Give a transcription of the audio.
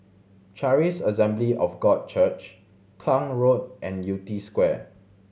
Charis Assembly of God Church Klang Road and Yew Tee Square